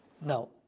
No